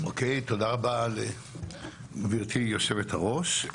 אוקיי, תודה רבה לגבירתי יושבת-הראש.